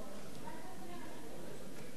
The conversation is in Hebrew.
כספים כלואים, חשבתי,